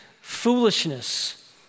foolishness